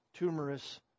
tumorous